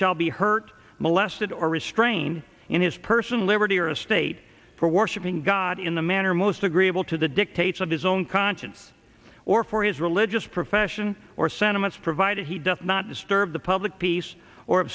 shall be hurt molested or restrained in his person liberty or a state for worshiping god in the manner most agreeable to the dictates of his own conscience or for his religious profession or sentiments provided he does not disturb the public peace or